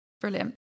brilliant